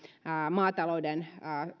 maatalouden